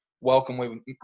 welcome